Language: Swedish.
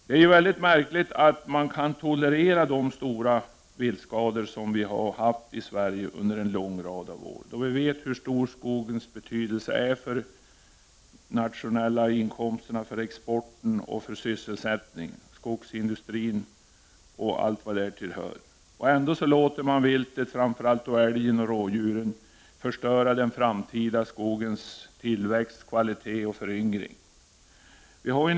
Det är mycket märkligt att man kunnat tolerera de stora viltskador som förekommit i Sverige under en lång rad av år. Vi vet hur stor betydelse skogen har för nationalinkomsten, för exporten och för sysselsättningen inom skogsindustrin och allt vad därtill hör. Ändå låter man viltet, framför allt älgar och rådjur, förstöra den framtida skogens tillväxt, kvalitet och föryngring.